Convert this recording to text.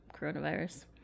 coronavirus